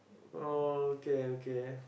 oh okay okay